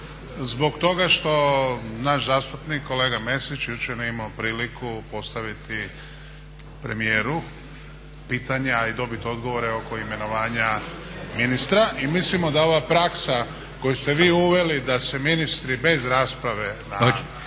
zbog toga što naš zastupnik kolega Mesić jučer nije imao priliku postaviti premijeru pitanja, a i dobit odgovore oko imenovanja ministra. I mislimo da ova praksa koju ste vi uveli da se ministri bez rasprave